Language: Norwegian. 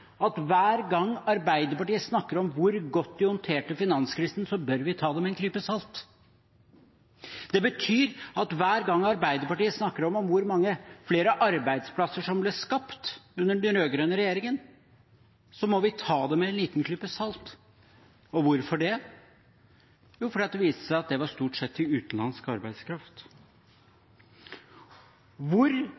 at hver gang Arbeiderpartiet snakker om hvor godt de håndterte finanskrisen, bør vi ta det med en klype salt. Det betyr at hver gang Arbeiderpartiet snakker om hvor mange flere arbeidsplasser som ble skapt under den rød-grønne regjeringen, må vi ta det med en liten klype salt. Og hvorfor det? Jo, fordi det viste seg at det stort sett var utenlandsk arbeidskraft.